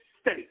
state